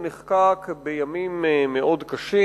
הוא נחקק בימים מאוד קשים.